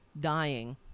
dying